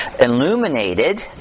illuminated